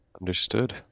Understood